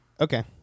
Okay